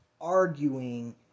arguing